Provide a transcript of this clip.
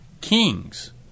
kings